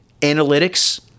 analytics